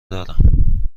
دارم